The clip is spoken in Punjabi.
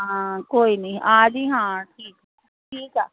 ਕੋਈ ਨਹੀਂ ਆ ਜੀ ਹਾਂ ਠੀਕ ਠੀਕ ਆ